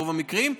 ברוב המקרים,